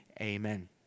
amen